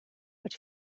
but